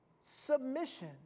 submission